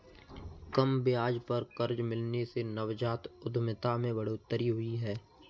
कम ब्याज पर कर्ज मिलने से नवजात उधमिता में बढ़ोतरी हुई है